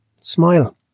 smile